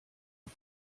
auf